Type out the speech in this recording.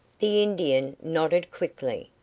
the indian nodded quickly,